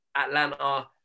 Atlanta